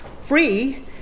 free